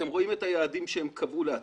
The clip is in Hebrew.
אתם רואים את היעדים שהן קבעו לעצמן.